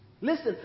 Listen